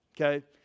Okay